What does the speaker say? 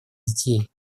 детей